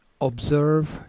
Observe